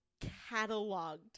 cataloged